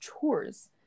chores